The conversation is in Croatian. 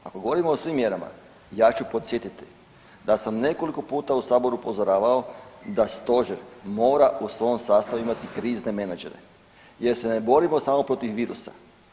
Ako govorimo o svim mjerama ja ću podsjetiti da sam nekoliko puta u Saboru upozoravao da Stožer mora u svom sastavu imati krizne menadžere jer se ne borimo samo protiv virusa.